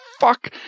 fuck